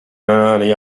early